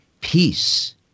Peace